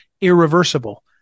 irreversible